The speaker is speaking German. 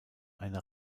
eine